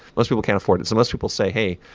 most people can't afford it so most people say, hey,